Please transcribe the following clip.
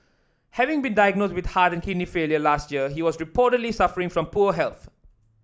having been diagnosed with heart and kidney failure last year he was reportedly suffering from poor health